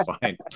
fine